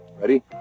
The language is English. Ready